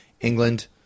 England